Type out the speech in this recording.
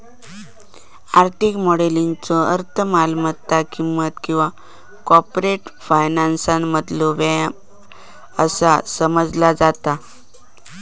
आर्थिक मॉडेलिंगचो अर्थ मालमत्ता किंमत किंवा कॉर्पोरेट फायनान्समधलो व्यायाम असा समजला जाता